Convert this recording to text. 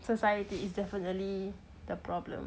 society is definitely the problem